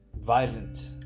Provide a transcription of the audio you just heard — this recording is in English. violent